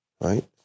right